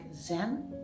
Zen